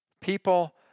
people